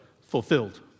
fulfilled